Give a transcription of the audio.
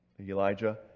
Elijah